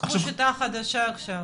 פיתחו שיטה חדשה עכשיו.